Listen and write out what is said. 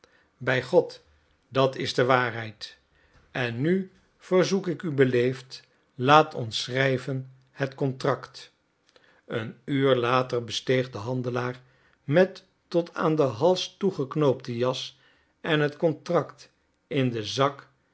bij god dat is de waarheid en nu verzoek ik u beleefd laat ons schrijven het contract een uur later besteeg de handelaar met tot aan den hals toegeknoopten jas en het contract in den zak